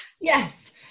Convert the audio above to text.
yes